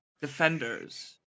defenders